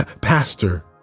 Pastor